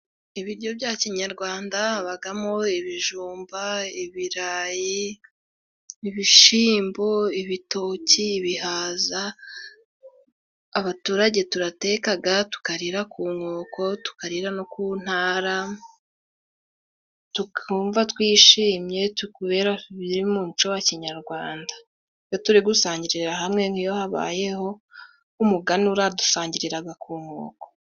Ibiryo bya kinyarwanda habamo Ibijumba, ibirayi, ibishyimbo, ibitoki, ibihaza. Abaturage turateka tukarira ku nkoko, tukarira no ku ntara, tukumva twishimye kubera biri mu muco wa kinyarwanda. Iyo turi gusangirira hamwe, nk'iyo habayeho nk'umuganura, dusangirira ku nkoko.